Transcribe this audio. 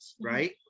Right